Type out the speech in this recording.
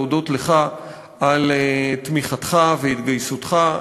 גם להודות לך על תמיכתך והתגייסותך,